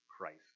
Christ